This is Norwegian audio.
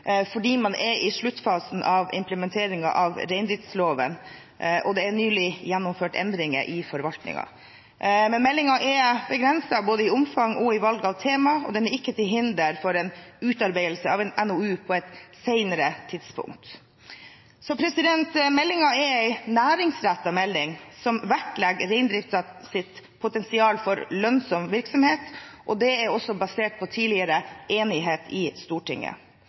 fordi man er i sluttfasen av implementeringen av reindriftsloven og det nylig er gjennomført endringer i forvaltningen. Men meldingen er begrenset både i omfang og i valg av tema, og den er ikke til hinder for utarbeidelse av en NOU på et senere tidspunkt. Meldingen er en næringsrettet melding, som vektlegger reindriftens potensial for lønnsom virksomhet, og det er også basert på tidligere enighet i Stortinget.